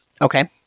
Okay